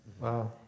Wow